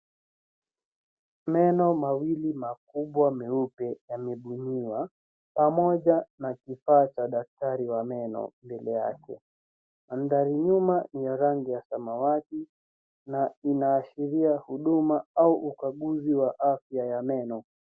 Meno mawili makubwa meupe yamebuniwa pamoja na kifaa cha daktari wa meno mbele yake. Mandhari nyuma ni ya rangi ya samawati na inaashiria huduma au ukaguzi wa afya ya meno.